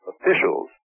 officials